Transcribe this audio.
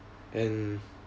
and